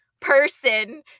person